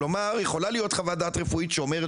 כלומר יכולה להיות חוות דעת רפואית שאומרת